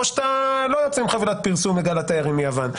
שאתה לא יוצא עם חבילת פרסום לגל התיירים מיוון,